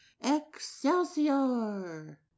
Excelsior